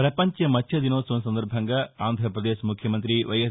ప్రపంచ మత్స్య దినోత్సవం సందర్భంగా ఆంధ్రప్రదేశ్ ముఖ్యమంత్రి వైఎస్